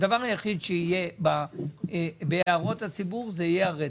הדבר היחיד שיהיה בהערות הציבור זה יהיה הרטרואקטיביות.